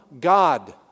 God